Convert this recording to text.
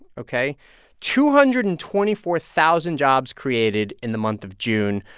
ok two hundred and twenty four thousand jobs created in the month of june.